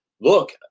look